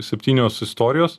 septynios istorijos